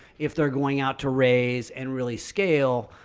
if they're going out to raise and really scale.